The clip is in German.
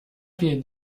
wählt